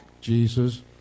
Jesus